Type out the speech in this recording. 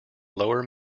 lower